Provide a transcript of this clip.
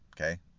okay